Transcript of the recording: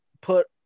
put